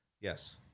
Yes